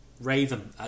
Raven